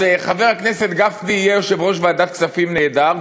אז חבר הכנסת גפני יהיה יושב-ראש ועדת הכספים נהדר,